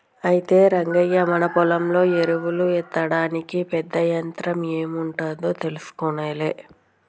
అయితే రంగయ్య మన పొలంలో ఎరువులు ఎత్తడానికి పెద్ద యంత్రం ఎం ఉంటాదో తెలుసుకొనాలే